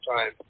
time